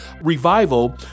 revival